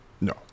no